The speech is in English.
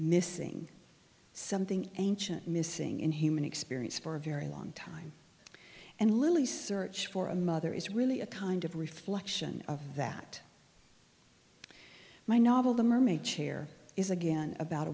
missing something ancient missing in human experience for a very long time and lily search for a mother is really a kind of reflection of that my novel the mermaid chair is again about a